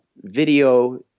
video